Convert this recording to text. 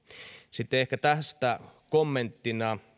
sitten ehkä tästä kommenttina